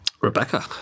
Rebecca